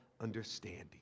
understanding